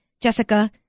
jessica